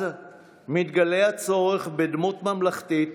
אז מתגלה הצורך בדמות ממלכתית